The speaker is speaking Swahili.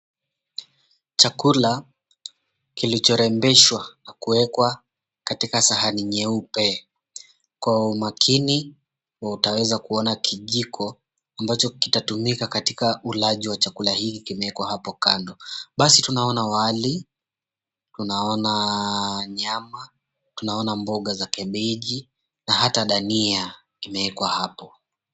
Chakula kilichorembeshwa na kuwekwa katika sahani nyeupe. Kwa umakini utaweza kuona kijiko ambacho kitatumika katika ulaji wa chakula hiki kimewekwa hapo kando, basi tunaona wali, tunaona nyama, tunaona mboga za kabeji na hata dania zimewekwa hapo.